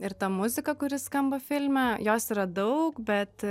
ir ta muzika kuri skamba filme jos yra daug bet